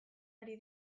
ari